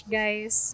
guys